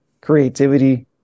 creativity